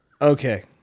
Okay